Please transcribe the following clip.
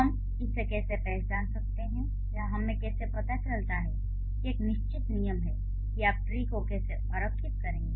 हम इसे कैसे पहचान सकते हैं या हमें कैसे पता चलता है कि एक निश्चित नियम है कि आप ट्री को कैसे आरेखित करेंगे